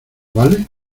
vale